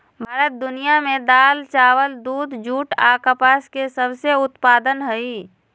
भारत दुनिया में दाल, चावल, दूध, जूट आ कपास के सबसे उत्पादन हइ